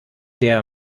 der